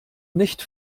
nicht